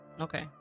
Okay